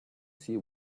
see